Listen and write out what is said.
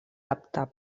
apta